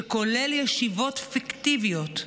שכולל ישיבות פיקטיביות,